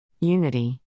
Unity